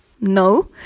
No